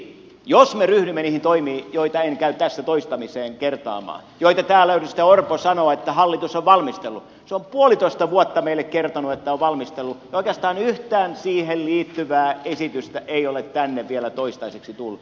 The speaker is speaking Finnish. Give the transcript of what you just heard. eli jos me ryhdymme kaikkiin niihin toimiin joita en käy tässä toistamiseen kertaamaan ja joita täällä edustaja orpo sanoo hallituksen valmistelleen se on puolitoista vuotta meille kertonut että on valmistellut ja oikeastaan yhtään siihen liittyvää esitystä ei ole tänne vielä toistaiseksi tullut